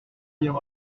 lien